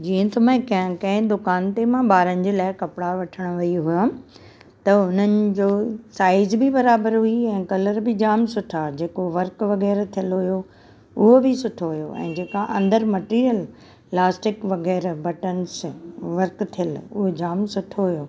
जीअं त मां कंहिं कंहिं दुकान ते मां ॿारनि जे लाइ कपड़ा वठण वेई हुयमि त हुननि जो साइज़ बि बराबरि हुई ऐं कलर बि जाम सुठा जेको वर्क वग़ैरह थियलु हुयो उहो बि सुठो हुयो ऐं जेका अंदरि मैटेरियल इलास्टिक वग़ैरह बटंस वर्क थियलु उहो जाम सुठो हुयो